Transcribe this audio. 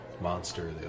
monster